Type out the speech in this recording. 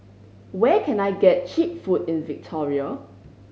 where can I get cheap food in Victoria